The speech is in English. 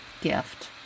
gift